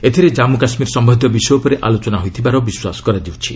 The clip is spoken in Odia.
ଏଥିରେ ଜାଞ୍ଗୁ କାଶ୍ମୀର ସମ୍ଭନ୍ଧୀୟ ବିଷୟ ଉପରେ ଆଲୋଚନା ହୋଇଥିବାର ବିଶ୍ୱାସ କରାଯାଉଛି